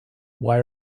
why